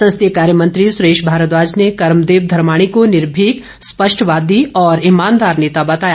संसदीय कार्यमंत्री सुरेश भारद्वाज ने कर्मदेव धर्माणी को निर्भीक स्पष्टवादी और ईमानदार नेता बताया